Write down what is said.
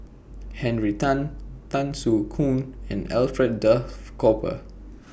Henry Tan Tan Soo Khoon and Alfred Duff Cooper